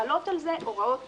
וחלות על זה הוראות